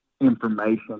information